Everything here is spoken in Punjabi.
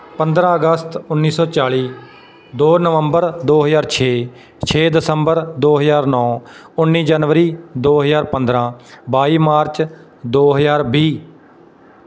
ਪੰਦਰਾਂ ਅਗਸਤ ਉੱਨੀ ਸੌ ਚਾਲੀ ਦੋ ਨਵੰਬਰ ਦੋ ਹਜ਼ਾਰ ਛੇ ਛੇ ਦਸੰਬਰ ਦੋ ਹਜ਼ਾਰ ਨੌ ਉੱਨੀ ਜਨਵਰੀ ਦੋ ਹਜ਼ਾਰ ਪੰਦਰਾਂ ਬਾਈ ਮਾਰਚ ਦੋ ਹਜ਼ਾਰ ਵੀਹ